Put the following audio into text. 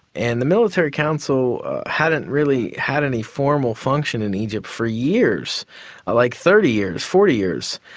and the military council hadn't really had any formal function in egypt for years like, thirty years, forty years.